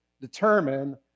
determine